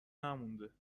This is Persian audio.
نمونده